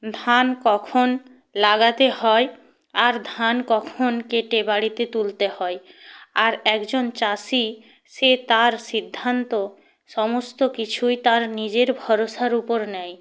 ধান কখন লাগাতে হয় আর ধান কখন কেটে বাড়িতে তুলতে হয় আর একজন চাষি সে তার সিদ্ধান্ত সমস্ত কিছুই তার নিজের ভরসার উপর নেয়